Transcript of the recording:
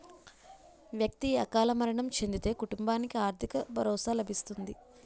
వ్యక్తి అకాల మరణం చెందితే కుటుంబానికి ఆర్థిక భరోసా లభిస్తుంది